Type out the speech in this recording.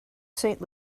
saint